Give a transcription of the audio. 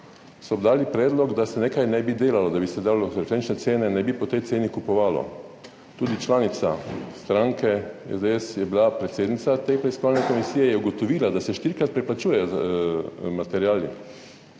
so dali predlog, da se nečesa ne bi delalo, da bi se dalo referenčne cene in ne bi po tej ceni kupovalo. Tudi članica stranke SDS, ki je bila predsednica te preiskovalne komisije, je ugotovila, da se štirikrat preplačujejo materiali.